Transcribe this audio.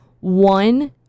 One